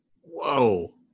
Whoa